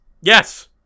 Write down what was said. Yes